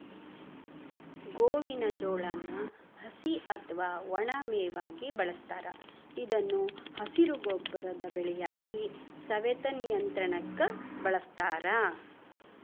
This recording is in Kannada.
ಗೋವಿನ ಜೋಳಾನ ಹಸಿ ಅತ್ವಾ ಒಣ ಮೇವಾಗಿ ಬಳಸ್ತಾರ ಇದನ್ನು ಹಸಿರು ಗೊಬ್ಬರದ ಬೆಳೆಯಾಗಿ, ಸವೆತ ನಿಯಂತ್ರಣಕ್ಕ ಬಳಸ್ತಾರ